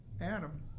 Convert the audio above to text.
Adam